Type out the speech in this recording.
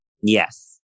Yes